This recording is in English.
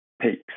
peaks